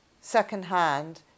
second-hand